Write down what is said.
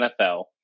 NFL